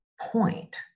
point